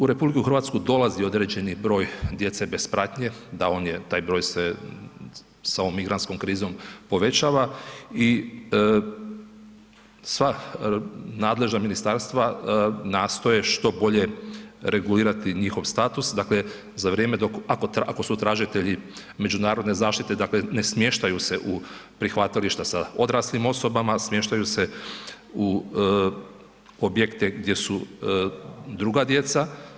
U RH dolazi određeni broj djece bez pratnje, da, taj broj se s ovom migrantskom krizom povećava i sva nadležna ministarstva nastoje što bolje regulirati njihov status, dakle ako su tražitelji međunarodne zaštite ne smještaju se u prihvatilišta sa odraslim osobama, smještaju se u objekte gdje su druga djeca.